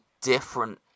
different